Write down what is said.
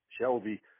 Shelby